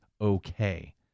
okay